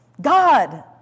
God